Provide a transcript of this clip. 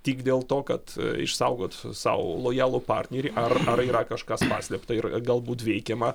tik dėl to kad išsaugot sau lojalų partnerį ar ar yra kažkas paslėpta ir galbūt veikiama